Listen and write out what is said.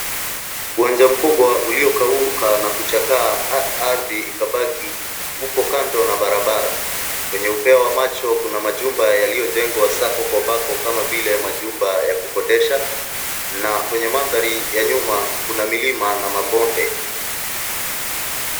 Uwanja mkubwa uliokauka na kuchaka ardhi ikabaki upo kando na barabara. Kwenye upeo wa macho kuna majumba yaliyojengwa sako kwa bako kama vile majumba ya kukodesha na kwenye mandhari ya nyuma kuna milima na mabonde.